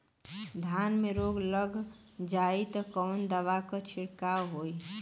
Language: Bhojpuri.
धान में रोग लग जाईत कवन दवा क छिड़काव होई?